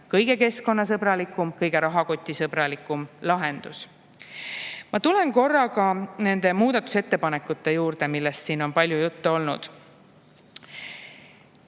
kõige keskkonnasõbralikum ja kõige rahakotisõbralikum lahendus. Ma tulen korra ka muudatusettepanekute juurde, millest siin on palju juttu olnud.